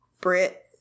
Brit